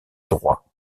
droit